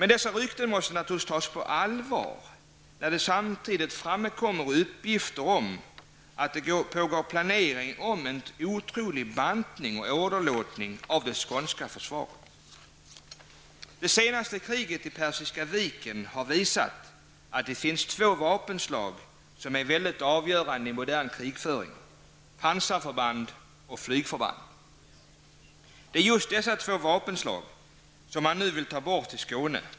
Dessa rykten måste dock tas på allvar när det samtidigt förekommer uppgifter om att planer pågår om en otrolig bantning och åderlåtning av det skånska försvaret. Det senaste kriget i Persiska viken har visat att det finns två vapenslag som är väldigt avgörande i modern krigföring: pansarförband och flygförband. Det är just dessa två vapenslag som man vill ta bort i Skåne.